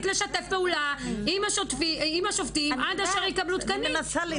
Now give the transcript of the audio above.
לשתף פעולה עם השופטים עד אשר יקבלו תקנים.